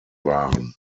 waren